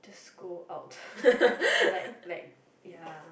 school out like like ya